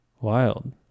Wild